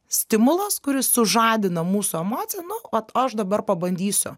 stimulas kuris sužadina mūsų emociją nu vat aš dabar pabandysiu